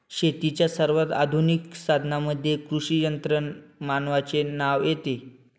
शेतीच्या सर्वात आधुनिक साधनांमध्ये कृषी यंत्रमानवाचे नाव येते